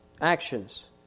Actions